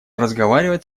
разговаривать